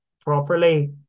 properly